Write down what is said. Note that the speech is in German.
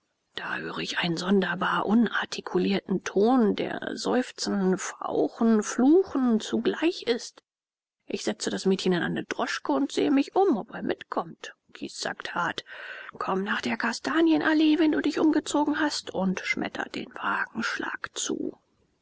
da höre ich einen sonderbar unartikulierten ton der seufzen fauchen fluchen zugleich ist ich setze das mädchen in eine droschke und sehe mich um ob er mitkommt kis sagt hart komm nach der kastanienallee wenn du dich umgezogen hast und schmettert den wagenschlag zu